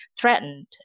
threatened